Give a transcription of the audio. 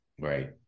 Right